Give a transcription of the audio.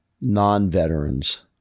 non-veterans